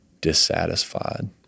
dissatisfied